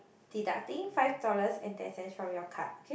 deducting five dollars and ten cents from your card okay